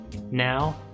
Now